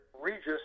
Regis